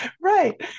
Right